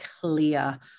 clear